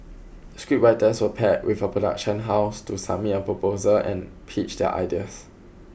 scriptwriters were paired with a production house to submit a proposal and pitch their ideas